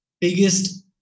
biggest